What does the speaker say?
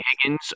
Higgins